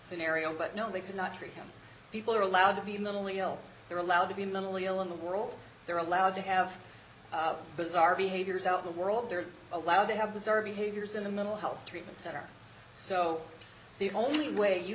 scenario but no they could not treat him people are allowed to be mentally ill they're allowed to be mentally ill in the world they're allowed to have bizarre behaviors out the world they're allowed to have bizarre behaviors in a mental health treatment center so the only way you